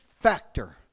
factor